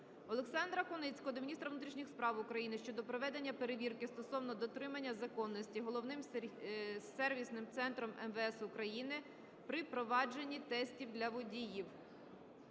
Олександра Куницького до міністра внутрішніх справ України щодо проведення перевірки стосовно дотримання законності Головним Сервісним Центром МВС України при впровадженні тестів для водіїв.